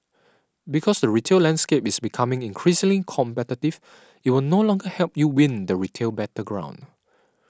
because the retail landscape is becoming increasingly competitive it will no longer help you win the retail battleground